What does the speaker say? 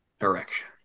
direction